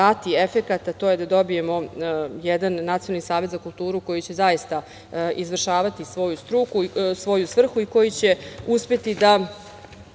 da će ono dati efekat, a to je da dobijemo jedan nacionalni savet za kulturu koji će zaista izvršavati svoju svrhu i koji će uspeti da